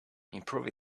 improving